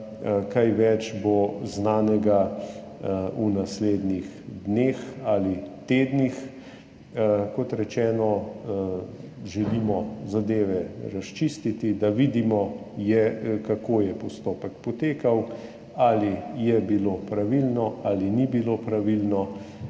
kaj več bo znanega v naslednjih dneh ali tednih. Kot rečeno, želimo zadeve razčistiti, da vidimo, kako je postopek potekal, ali je bilo pravilno ali ni bilo pravilno.